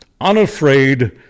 unafraid